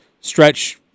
stretch